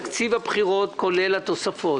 אישרנו את תקציב הבחירות כולל התוספות.